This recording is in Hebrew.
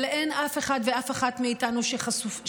אבל אין אף אחת ואף אחד מאיתנו שחסינה,